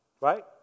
right